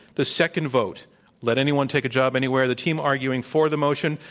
the second vote let anyone take a job anywhere, the team arguing for the motion,